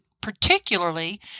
particularly